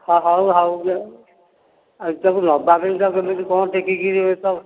ହଉ ହଉ ଏସବୁ ନେବା ପାଇଁ ତ କେମିତି କ'ଣ ଟେକି କରି ଇଏ ତ